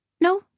No